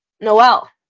Noel